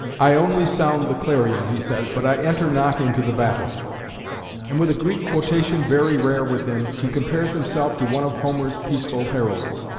i only sound the clarion, he says, but i enter not into the battle and with a greek quotation very rare with him, he compares himself to one of homer's peaceful heralds,